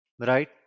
right